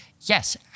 Yes